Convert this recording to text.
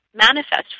manifest